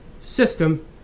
system